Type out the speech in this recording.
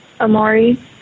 Amari